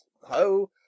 ho